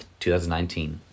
2019